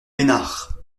ménard